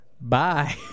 Bye